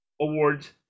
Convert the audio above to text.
awards